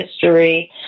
history